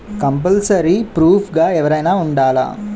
Compulsory proof గా ఎవరైనా ఉండాలా?